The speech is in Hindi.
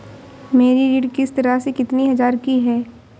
मेरी ऋण किश्त राशि कितनी हजार की है?